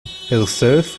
herself